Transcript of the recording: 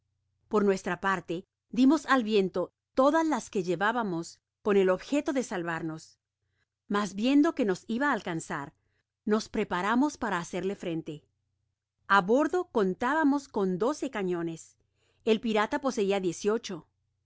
por nuestra parte dimos al viento todas las que llevábamos con el objeto de salvarnos mas viendo que nos iba á alcanzar nos preparamos para hacerle frente a bordo contábamos con cañones el pirata poseia